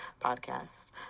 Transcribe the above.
Podcast